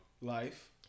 Life